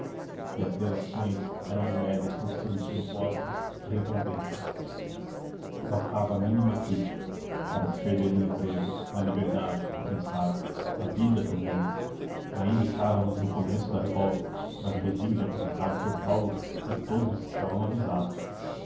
e as delações eram moedas com que se obtinham postos e recompensas bastava a mínima crítica para se perder o emprego a liberdade quem sabe a vida também ainda estávamos no começo da revolta mas o regime já publicara o seu prólogo e todos estavam avisados